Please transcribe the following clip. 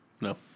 No